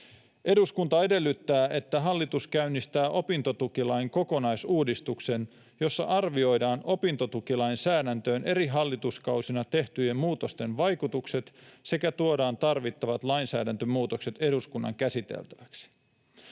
”Eduskunta edellyttää, että hallitus käynnistää opintotukilain kokonaisuudistuksen, jossa arvioidaan opintotukilainsäädäntöön eri hallituskausina tehtyjen muutosten vaikutukset sekä tuodaan tarvittavat lainsäädäntömuutokset eduskunnan käsiteltäväksi.”